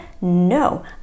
No